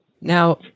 Now